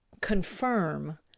confirm